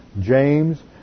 James